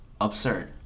absurd